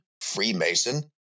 Freemason